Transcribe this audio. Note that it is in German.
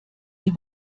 sie